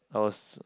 I was